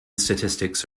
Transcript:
statistics